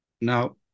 Now